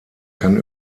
kann